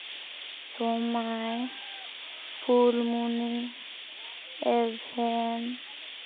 ᱥᱳᱢᱟᱭ ᱯᱷᱩᱞᱢᱚᱱᱤ ᱮᱵᱷᱮᱱ